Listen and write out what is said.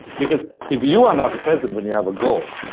because if you are not present when you have a goal,